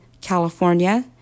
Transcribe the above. California